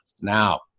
now